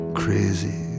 crazy